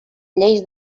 lleis